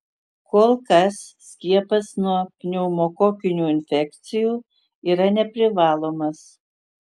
kol kas skiepas nuo pneumokokinių infekcijų yra neprivalomas